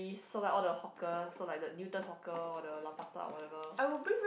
so like all the hawker so like the Newton hawker or the Lau-Pa-Sat or whatever